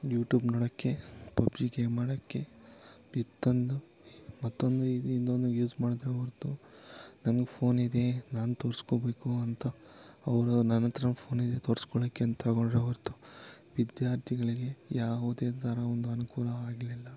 YouTube ನೋಡೋಕ್ಕೆ PUBG game ಆಡೋಕ್ಕೆ ಇತ್ತಂದು ಮತ್ತೊಂದು ಇದು ಇನ್ನೊಂದು ಯೂಸ್ ಮಾಡಿದ್ರೇ ಹೊರ್ತು ನನಗೆ ಫೋನಿದೆ ನಾನು ತೋರಿಸ್ಕೊಬೇಕು ಅಂತ ಅವರು ನನ್ನ ಹತ್ರನು ಫೋನಿದೆ ತೋರ್ಸ್ಕೊಳಕ್ಕೆ ಅಂತ್ ತಗೊಂಡರೆ ಹೊರ್ತು ವಿದ್ಯಾರ್ಥಿಗಳಿಗೆ ಯಾವುದೇ ಥರ ಒಂದು ಅನುಕೂಲ ಆಗಲಿಲ್ಲ